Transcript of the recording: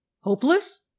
Hopeless